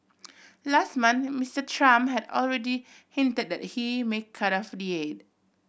last month Mister Trump had already hinted that he may cut off the aid